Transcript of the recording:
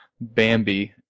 Bambi